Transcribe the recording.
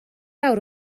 awr